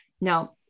Now